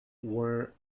were